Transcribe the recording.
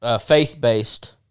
faith-based